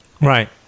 Right